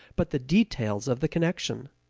but the details of the connection.